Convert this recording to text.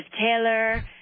Taylor